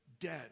dead